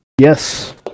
Yes